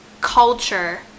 culture